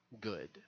good